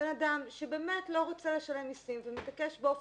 בן אדם שלא רוצה לשלם מסים ולא